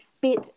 bit